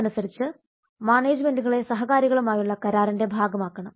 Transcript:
അതനുസരിച്ച് മാനേജ്മെന്റുകളെ സഹകാരികളുമായുള്ള കരാറിന്റെ ഭാഗമാക്കണം